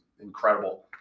incredible